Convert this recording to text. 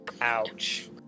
Ouch